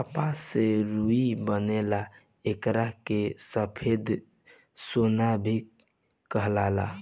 कपास से रुई बनेला एकरा के सफ़ेद सोना भी कहाला